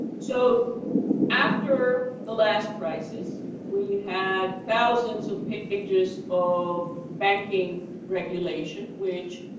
so after the last crisis, we had thousands of pages of banking regulation, which